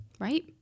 Right